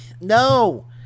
No